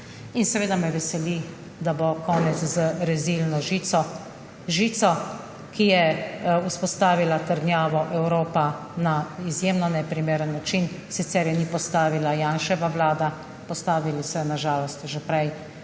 In seveda me veseli, da bo konec z rezilno žico, žico, ki je vzpostavila trdnjavo Evropa na izjemno neprimeren način. Sicer je ni postavila Janševa vlada, postavili so jo na žalost že prej.